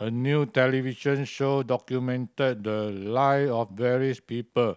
a new television show documented the live of various people